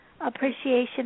appreciation